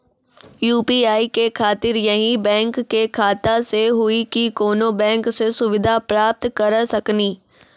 UPI के खातिर यही बैंक के खाता से हुई की कोनो बैंक से सुविधा प्राप्त करऽ सकनी?